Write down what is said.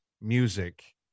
music